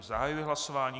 Zahajuji hlasování.